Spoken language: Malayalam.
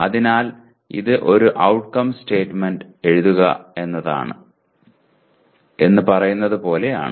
അതിനാൽ അത് 'ഒരു ഔട്ട്കം സ്റ്റേറ്റ്മെൻറ് എഴുതുക' എന്ന് പറയുന്നതുപോലെ ആണ്